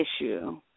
issue